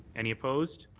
any opposed?